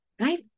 right